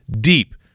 deep